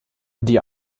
die